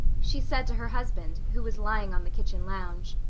she said to her husband, who was lying on the kitchen lounge.